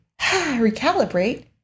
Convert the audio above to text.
recalibrate